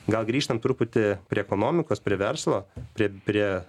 gal grįžtam truputį prie ekonomikos prie verslo prie prie